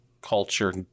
culture